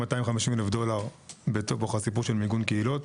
250,000 דולר בסיפור של מיגון קהילות